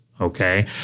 Okay